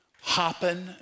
hopping